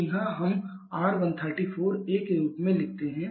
तो यहाँ हम R134 के रूप में लिखते हैं